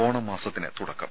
ഓണമാസത്തിന് തുടക്കം